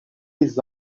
les